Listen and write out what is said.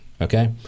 okay